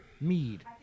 mead